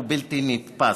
הוא בלתי נתפס,